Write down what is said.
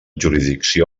jurisdicció